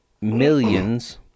millions